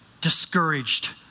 Discouraged